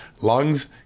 lungs